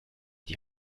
die